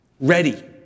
ready